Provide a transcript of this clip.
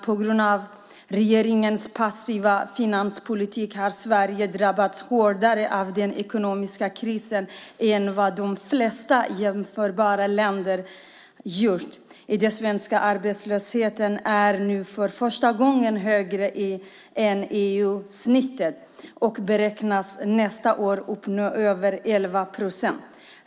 På grund av regeringens passiva finanspolitik har Sverige drabbats hårdare av den ekonomiska krisen än vad de flesta jämförbara länder gjort. Den svenska arbetslösheten är nu för första gången högre än EU-snittet och beräknas nästa år uppgå till över 11 procent.